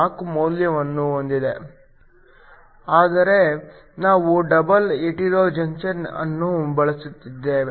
4 ಮೌಲ್ಯವನ್ನು ಹೊಂದಿದೆ ಆದರೆ ನಾವು ಡಬಲ್ ಹೆಟೆರೊ ಜಂಕ್ಷನ್ ಅನ್ನು ಬಳಸುತ್ತಿದ್ದೇವೆ